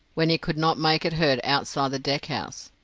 when he could not make it heard outside the deck-house?